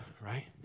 right